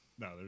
No